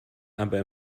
aber